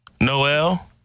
Noel